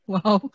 Wow